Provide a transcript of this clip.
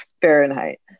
Fahrenheit